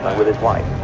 with his wife.